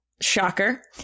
Shocker